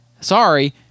Sorry